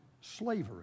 slavery